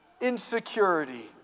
insecurity